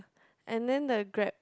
and then the Grab